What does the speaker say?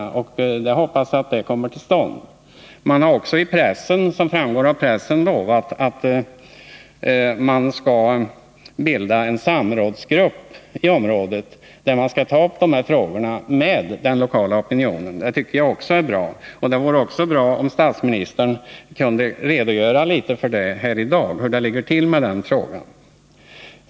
Jag hoppas att en sådan debatt kommer till stånd. Som framgår av pressen har man också lovat att det skall kunna bildas en samrådsgrupp i området, som skall ta upp dessa frågor med den lokala opinionen. Det tycker jag också är bra. Det vore också bra om jordbruksministern i dag kunde redogöra för hur det ligger till med den saken.